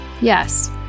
yes